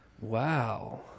Wow